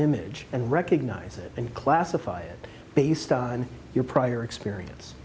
image and recognize it and classify it based on your prior experience